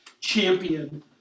champion